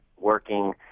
working